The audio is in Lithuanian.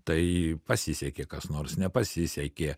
tai pasisekė kas nors nepasisekė